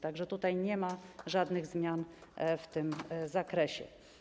Tak że tu nie ma żadnych zmian w tym zakresie.